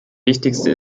wichtigste